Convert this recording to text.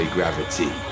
Gravity